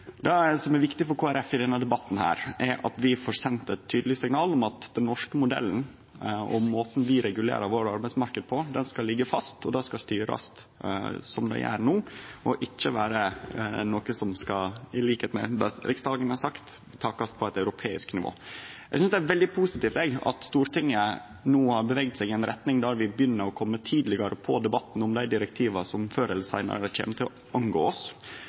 Det som er viktig for Kristeleg Folkeparti i denne debatten, er at vi får sendt tydelege signal om at den norske modellen og måten vi regulerer arbeidsmarknaden vår på, skal liggje fast. Det skal styrast slik det blir gjort no, og ikkje vere noko som – til liks med det Riksdagen har sagt – takast på eit europeisk nivå. Eg synest det er veldig positivt at Stortinget no har bevega seg i ei retning der vi begynner å kome tidlegare i gang med debattane om dei direktiva som før eller seinare kjem til å vedkome oss.